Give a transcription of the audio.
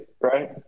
right